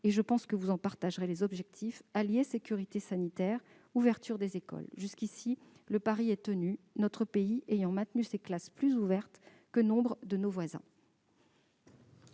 et je pense que vous en partagerez les objectifs : allier sécurité sanitaire et ouverture des écoles. Jusqu'ici, le pari est tenu, notre pays ayant maintenu ses classes plus ouvertes que nombre de nos voisins.